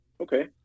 Okay